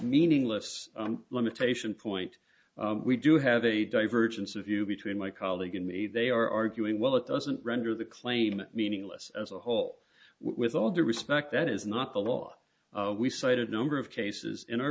meaningless limitation point we do have a divergence of view between my colleague and me they are arguing well it doesn't render the claim meaningless as a whole with all due respect that is not the law we cited number of cases in our